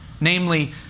namely